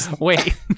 Wait